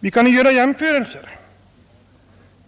Vi kan göra vissa jämförelser.